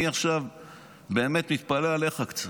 עכשיו אני באמת מתפלא עליך קצת,